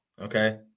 okay